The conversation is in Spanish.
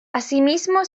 asimismo